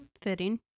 Fitting